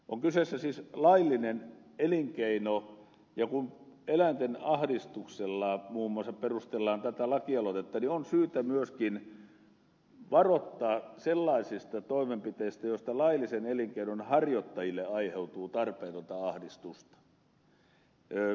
on kyseessä siis laillinen elinkeino ja kun eläinten ahdistuksella muun muassa perustellaan tätä lakialoitetta niin on syytä myöskin varoittaa sellaisista toimenpiteistä joista laillisen elinkeinon harjoittajille aiheutuu tarpeetonta ahdistusta